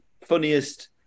funniest